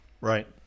Right